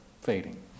fading